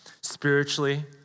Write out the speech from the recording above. spiritually